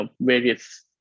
various